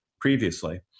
previously